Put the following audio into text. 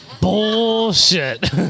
Bullshit